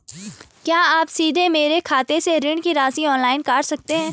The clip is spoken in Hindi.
क्या आप सीधे मेरे खाते से ऋण की राशि ऑनलाइन काट सकते हैं?